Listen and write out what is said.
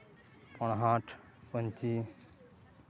ᱯᱟᱲᱦᱟᱴ ᱯᱟᱹᱧᱪᱤ